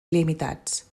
limitats